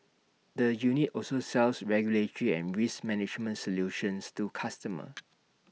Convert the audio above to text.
the unit also sells regulatory and risk management solutions to customers